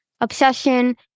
obsession